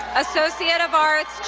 associate of arts,